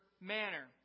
manner